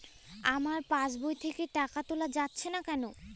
আমার পাসবই থেকে টাকা তোলা যাচ্ছে না কেনো?